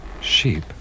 Sheep